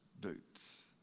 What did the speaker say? boots